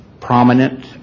prominent